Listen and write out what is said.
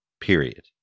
period